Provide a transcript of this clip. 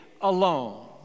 alone